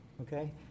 okay